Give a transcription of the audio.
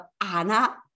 Anna